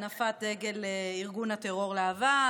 הנפת דגל ארגון הטרור להב"ה,